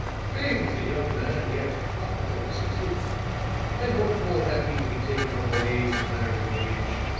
faith, he's a young man yet not much over sixty and what call have he to be takin' on the ways and manners of age?